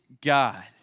God